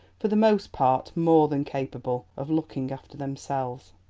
for the most part, more than capable of looking after themselves.